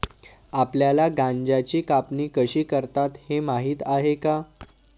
आपल्याला गांजाची कापणी कशी करतात हे माहीत आहे का?